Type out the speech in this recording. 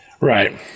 Right